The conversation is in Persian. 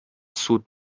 سود